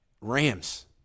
Rams